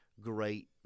great